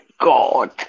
God